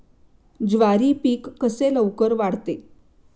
ज्वारी पीक कसे लवकर वाढते?